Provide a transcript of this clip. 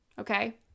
Okay